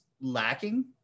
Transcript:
lacking